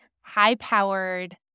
high-powered